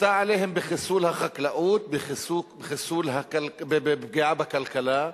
שכפתה עליהם בחיסול החקלאות, בפגיעה בכלכלה,